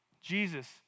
Jesus